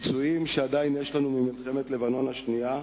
פצועים שעדיין יש לנו ממלחמת לבנון השנייה,